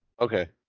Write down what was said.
Okay